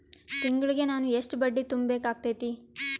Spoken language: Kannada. ತಿಂಗಳಿಗೆ ನಾನು ಎಷ್ಟ ಬಡ್ಡಿ ತುಂಬಾ ಬೇಕಾಗತೈತಿ?